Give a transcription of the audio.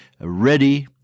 ready